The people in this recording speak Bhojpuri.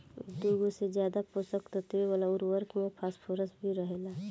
दुगो से ज्यादा पोषक तत्व वाला उर्वरक में फॉस्फोरस भी रहेला